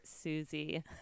Susie